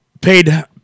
paid